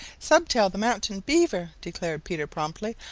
stubtail the mountain beaver, declared peter promptly.